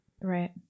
Right